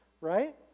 right